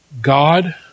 God